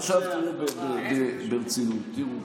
עכשיו ברצינות.